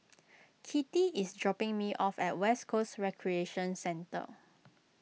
Kittie is dropping me off at West Coast Recreation Centre